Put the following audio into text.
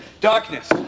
Darkness